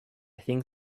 think